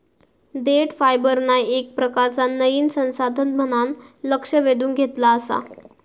देठ फायबरना येक प्रकारचा नयीन संसाधन म्हणान लक्ष वेधून घेतला आसा